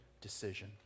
decision